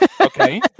Okay